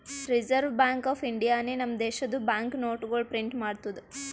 reserve Bank of ಇಂಡಿಯಾನೆ ನಮ್ ದೇಶದು ಬ್ಯಾಂಕ್ ನೋಟ್ಗೊಳ್ ಪ್ರಿಂಟ್ ಮಾಡ್ತುದ್